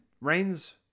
rains